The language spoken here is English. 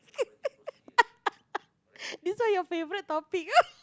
this one your favourite topic oh